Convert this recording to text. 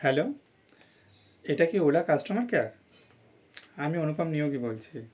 hello এটা কি Ola customer care আমি অনুপম নিয়োগী বলছি